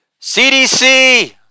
CDC